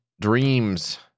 Dreams